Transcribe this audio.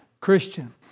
Christian